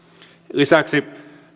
lisäksi